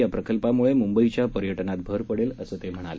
या प्रकल्पामुळे मुंबईच्या पर्यटनात भर पडेल असं ते म्हणाले